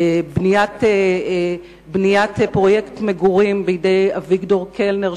בניית פרויקט מגורים בידי אביגדור קלנר,